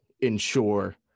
ensure